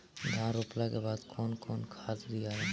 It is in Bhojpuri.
धान रोपला के बाद कौन खाद दियाला?